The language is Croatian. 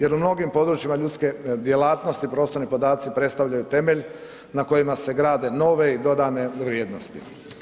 Jer u mnogim područjima ljudske djelatnosti prostorni podaci predstavljaju temelj na kojem se grade nove i dodane vrijednosti.